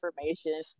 information